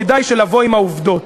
כדאי לבוא עם העובדות.